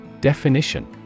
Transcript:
Definition